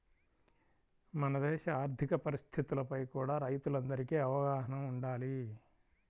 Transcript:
మన దేశ ఆర్ధిక పరిస్థితులపై కూడా రైతులందరికీ అవగాహన వుండాలి